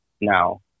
now